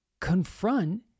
confront